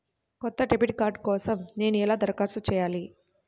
కొత్త debit card కోసం నేను ఎలా దరఖాస్తు చేయాలి?